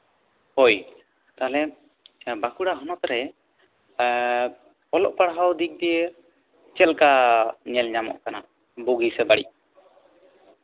ᱦᱳᱭ ᱛᱟᱦᱚᱞᱮ ᱵᱟᱸᱠᱩᱲᱟ ᱦᱚᱱᱚᱛᱨᱮ ᱚᱞᱚᱜ ᱯᱟᱲᱦᱟᱣ ᱫᱤᱠ ᱫᱤᱭᱮ ᱪᱮᱫ ᱞᱮᱠᱟ ᱧᱮᱞ ᱧᱟᱢᱚᱜ ᱠᱟᱱᱟ ᱵᱩᱜᱤ ᱥᱮ ᱵᱟᱹᱲᱤᱡ